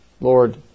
Lord